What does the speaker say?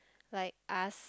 like ask